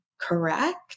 correct